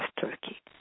turkey